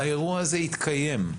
האירוע הזה יתקיים,